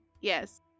Yes